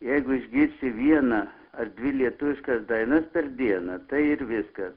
jeigu išgirsi vieną ar dvi lietuviškas dainas per dieną tai ir viskas